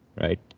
right